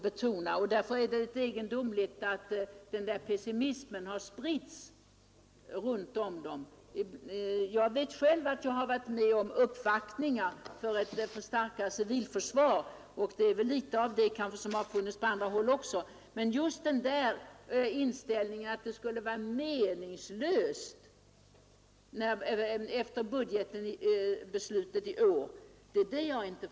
Det är egendomligt att pessimismen har spritts inom civilförsvaret. Jag har själv varit med om uppvaktningar för ett starkare civilförsvar, och sådana har väl förekommit på andra håll också. Men inställningen att deras arbete skulle vara meningslöst efter budgetbeslutet i år förstår jag inte.